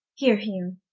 here hume,